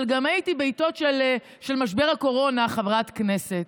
אבל גם הייתי בעיתות של משבר הקורונה חברת כנסת.